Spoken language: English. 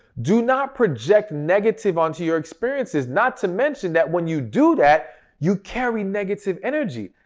do not project negative onto your experiences, not to mention that when you do that you carry negative energy.